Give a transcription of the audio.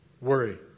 Worry